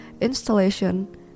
installation